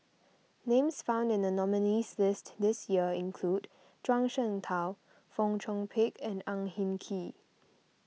names found in the nominees' list this year include Zhuang Shengtao Fong Chong Pik and Ang Hin Kee